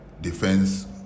defense